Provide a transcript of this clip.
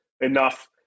enough